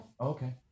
Okay